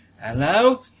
Hello